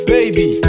Baby